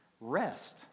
rest